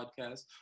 podcast